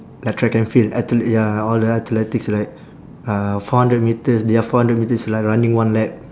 like track and field athl~ ya all the athletics right uh four hundred metres their four hundred metres is like running one lap